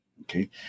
Okay